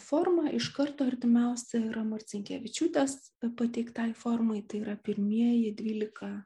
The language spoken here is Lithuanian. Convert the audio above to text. forma iš karto artimiausia yra marcinkevičiūtės pateiktai formoje tai yra pirmieji dvylika